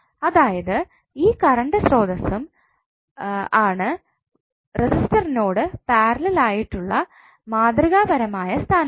അതായത് ഈ കറണ്ട് സ്രോതസ്സും ആണ് റെസിസ്റ്ററിനോട് പാരലൽ ആയിട്ടുള്ള മാതൃകാപരമായ സ്ഥാനാർത്ഥി